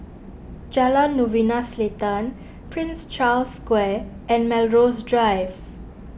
Jalan Novena Selatan Prince Charles Square and Melrose Drive